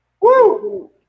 Woo